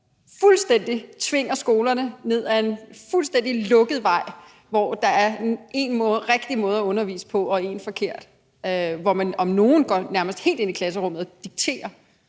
noget tvinger skolerne ned ad en fuldstændig lukket vej, hvor der er en rigtig måde at undervise på og en forkert, og hvor man nærmest går helt ind i klasserummet og dikterer,